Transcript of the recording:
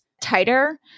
tighter